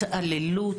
התעללות.